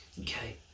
Okay